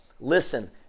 listen